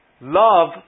Love